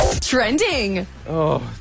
Trending